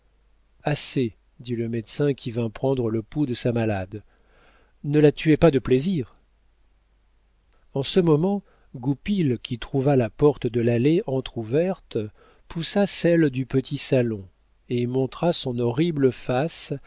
assez dit le médecin qui vint prendre le pouls de sa malade ne la tuez pas de plaisir en ce moment goupil qui trouva la porte de l'allée entr'ouverte poussa celle du petit salon et montra son horrible face